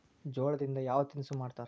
ಜೋಳದಿಂದ ಯಾವ ತಿನಸು ಮಾಡತಾರ?